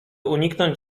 uniknąć